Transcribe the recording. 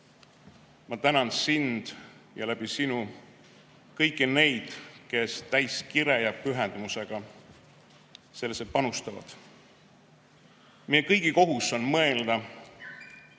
Ma tänan sind ja sinu kaudu kõiki neid, kes täie kire ja pühendumusega sellesse panustavad. Meie kõigi kohus on mõelda,